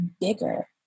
bigger